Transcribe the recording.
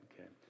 okay